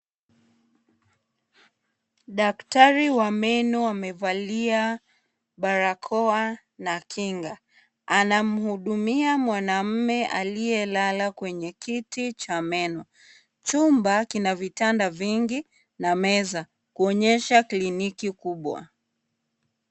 Daktari wa meno amevalia barakoa na kinga, anamuhudumia mwanamume aliye lala kwenye kiti cha meno, chumba kina vitanda vingi na meza kuonyesha cliniki kubwa.